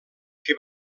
que